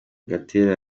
gatera